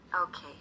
Okay